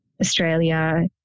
Australia